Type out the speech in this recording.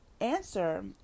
answer